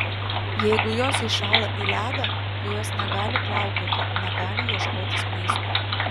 jeigu jos įšąla į ledą tai jos negali plaukioti negali ieškotis maisto